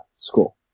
school